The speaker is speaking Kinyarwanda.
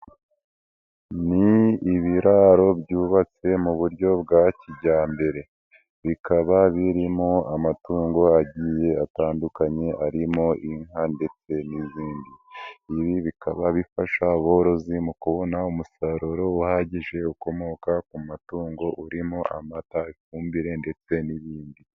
Ni ibiraro byubatse mu buryo bwa kijyambere bikaba birimo amatungo agiye atandukanye arimo inka ndetse n'izindi, ibi bikaba bifasha aborozi mu kubona umusaruro uhagije ukomoka ku matungo urimo amata, ifumbire ndetse n'ibindi.